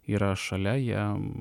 yra šalia jie